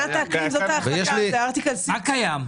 מה קיים?